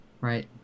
Right